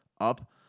up